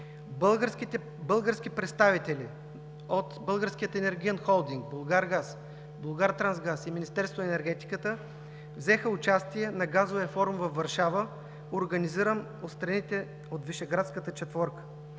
Български представители от Българския енергиен холдинг, „Булгаргаз“, „Булгартрансгаз“ и Министерството на енергетиката взеха участие на Газовия форум във Варшава, организиран от страните от Вишеградската четворка.